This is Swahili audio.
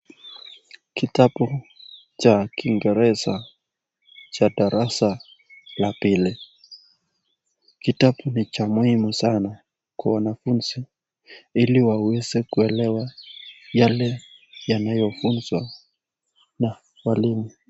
Kitabu cha kingeresa cha darasa la pili. Kitabu ni cha muhimu sana kwa wanafunzi ili waweze kuelewa yale yanayo funzwa na mwalimu.